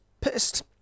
pissed